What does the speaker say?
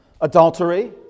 adultery